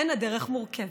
כן, הדרך מורכבת.